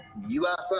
UFO